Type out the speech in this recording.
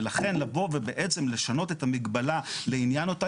ולכן לבוא ובעצם לשנות את המגבלה לעניין אותה